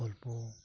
ᱜᱚᱞᱯᱚ